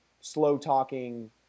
slow-talking